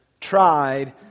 tried